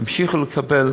ימשיכו לקבל,